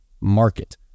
market